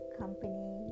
company